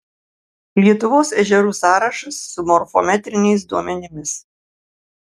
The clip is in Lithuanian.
lietuvos ežerų sąrašas su morfometriniais duomenimis